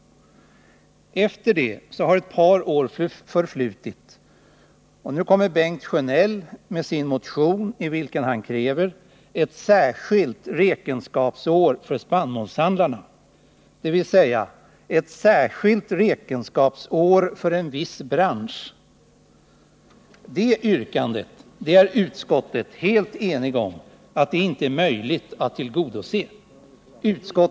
Sedan dess har ett par år förflutit, och nu kommer Bengt Sjönell med sin motioni vilken han kräver ett särskilt räkenskapsår för spannmålshandlarna, dvs. ett särskilt räkenskapsår för en viss bransch. Utskottet är helt enigt om att det inte är möjligt att tillgodose det yrkandet.